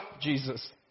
Jesus